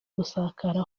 gusakara